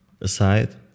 aside